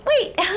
wait